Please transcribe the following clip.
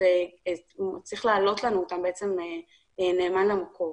צריך להעלות לנו אותם נאמן למקור.